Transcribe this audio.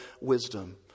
wisdom